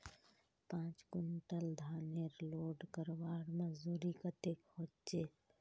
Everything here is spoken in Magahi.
पाँच कुंटल धानेर लोड करवार मजदूरी कतेक होचए?